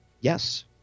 Yes